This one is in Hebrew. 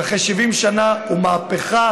שאחרי 70 שנה הוא מהפכה,